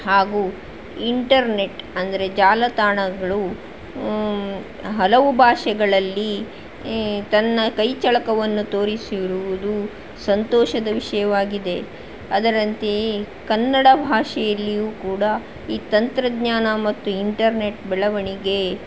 ಹಾಗೂ ಇಂಟರ್ನೆಟ್ ಅಂದರೆ ಜಾಲತಾಣಗಳು ಹಲವು ಭಾಷೆಗಳಲ್ಲಿ ತನ್ನ ಕೈಚಳಕವನ್ನು ತೋರಿಸಿರುವುದು ಸಂತೋಷದ ವಿಷಯವಾಗಿದೆ ಅದರಂತೆಯೇ ಕನ್ನಡ ಭಾಷೆಯಲ್ಲಿಯೂ ಕೂಡ ಈ ತಂತ್ರಜ್ಞಾನ ಮತ್ತು ಇಂಟರ್ನೆಟ್ ಬೆಳವಣಿಗೆ